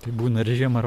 tai būna ir žiemą ir